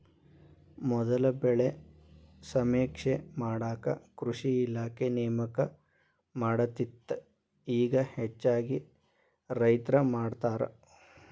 ಮೊದಲ ಬೆಳೆ ಸಮೇಕ್ಷೆ ಮಾಡಾಕ ಕೃಷಿ ಇಲಾಖೆ ನೇಮಕ ಮಾಡತ್ತಿತ್ತ ಇಗಾ ಹೆಚ್ಚಾಗಿ ರೈತ್ರ ಮಾಡತಾರ